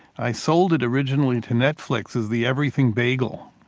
i sold it originally to netflix as the everything bagel.